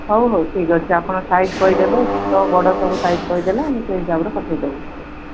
ହଉ ହଉ ଠିକ୍ ଅଛି ଆପଣ ସାଇଜ୍ କହିଦେବେ ଛୋଟ ବଡ଼ ସବୁ ସାଇଜ୍ କହିଦେଲେ ମୁଁ ସେଇ ହିସାବରେ ପଠେଇ ଦବୁ